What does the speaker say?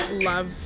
love